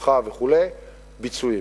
ביישובך וכו' ביצועים.